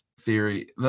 theory